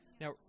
Now